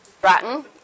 Rotten